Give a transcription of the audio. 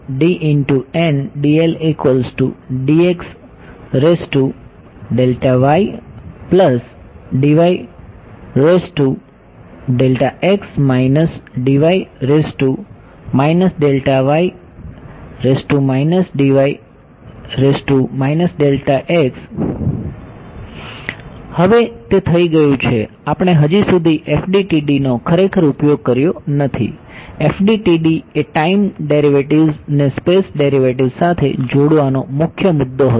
હવે તે થઈ ગયું છે આપણે હજી સુધી FDTD નો ખરેખર ઉપયોગ કર્યો નથી FDTD એ ટાઈમ ડેરિવેટિવ્ઝ ને સ્પેસ ડેરિવેટિવ્ઝ સાથે જોડવાનો મુખ્ય મુદ્દો હતો